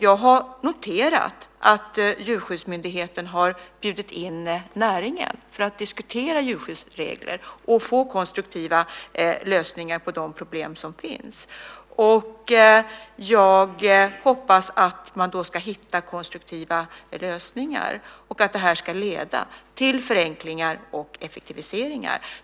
Jag har noterat att Djurskyddsmyndigheten har bjudit in näringen för att diskutera djurskyddsregler och få konstruktiva lösningar på de problem som finns. Jag hoppas att man ska hitta konstruktiva lösningar och att det ska leda till förenklingar och effektiviseringar.